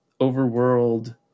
overworld